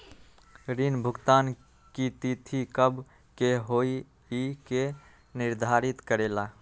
ऋण भुगतान की तिथि कव के होई इ के निर्धारित करेला?